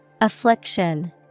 Affliction